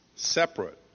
separate